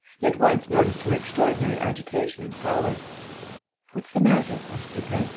he at once noticed her extraordinary agitation and pallor what's the matter? asked lupin,